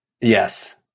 Yes